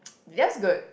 just good